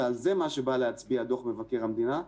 ועל זה בא להצביע דוח מבקר המדינה,